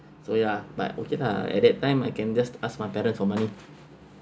so ya but okay lah at that time I can just ask my parents for money